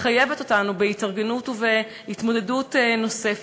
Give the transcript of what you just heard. מחייבת אותנו בהתארגנות ובהתמודדות נוספת.